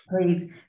please